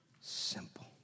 simple